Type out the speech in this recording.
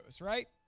right